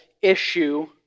issue